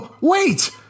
Wait